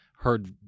heard